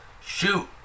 shoot